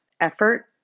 effort